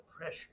pressure